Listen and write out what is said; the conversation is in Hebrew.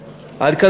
נמצא.